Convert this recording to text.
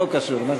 לא קשור.